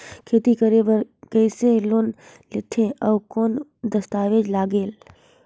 खेती करे बर कइसे लोन लेथे और कौन दस्तावेज लगेल?